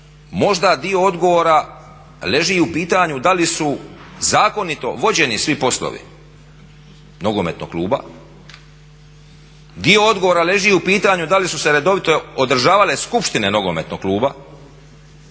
možda dio odgovora leži i u pitanju da li su zakonito vođeni svi poslovi nogometnog kluba. Dio odgovora leži i u pitanju da li su se redovito održavale skupštine nogometnog kluba